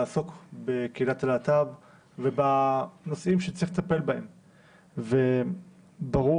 משתייך לקהילת הלהט"ב והוא אומר שהוא רוצה בבטחה ויש מצב